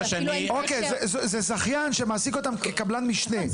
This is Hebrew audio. זה זכיין שמעסיק אותן כקבלן משנה.